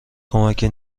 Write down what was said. کمکی